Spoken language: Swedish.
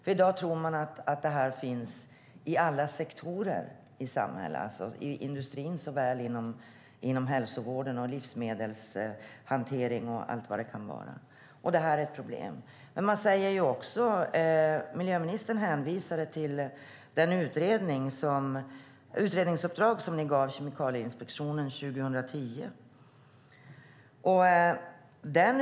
I dag tror man att det finns i alla sektorer i samhället, inom industrin såväl som inom hälsovården, livsmedelshanteringen och allt vad det kan vara. Det är ett problem. Miljöministern hänvisade till det utredningsuppdrag som ni gav Kemikalieinspektionen 2010.